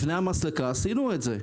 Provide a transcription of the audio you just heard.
לפני המסלקה עשינו את זה.